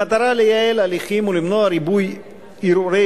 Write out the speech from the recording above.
במטרה לייעל הליכים ולמנוע ריבוי ערעורי